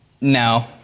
No